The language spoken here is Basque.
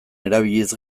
erabiliz